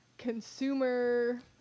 consumer